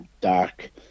dark